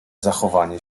zachowanie